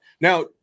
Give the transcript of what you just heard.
Now